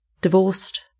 divorced